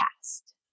cast